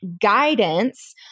guidance